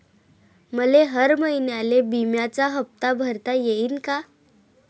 मले हर महिन्याले बिम्याचा हप्ता भरता येईन का?